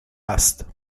است